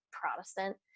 protestant